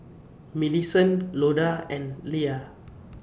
Millicent Loda and Leia